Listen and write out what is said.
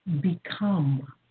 become